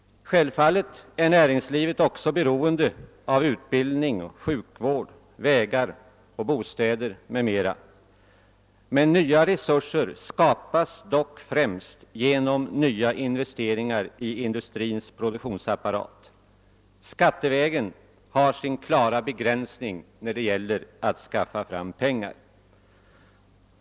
Självfallet är näringslivet också beroende av utbildning, sjukvård, vägar, bostäder m.m., men nya resurser skapas dock främst genom nya investeringar i industrins produktionsapparat. Skattevägen har sin klara begränsning när det gäller att skaffa fram pengar.